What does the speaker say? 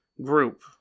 group